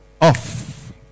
off